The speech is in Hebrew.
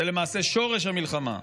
זה למעשה שורש המלחמה.